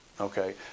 okay